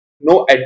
no